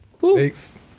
thanks